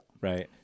right